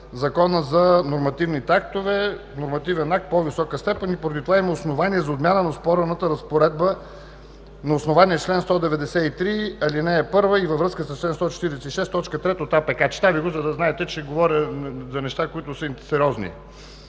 Закона за нормативните актове, нормативен акт с по-висока степен и заради това има основание за отмяна на оспорената разпоредба на основание чл. 193, ал. 1 и във връзка с чл. 145, т. 3 от АПК. Чета Ви го, за да знаете, че говоря за сериозни